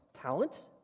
talent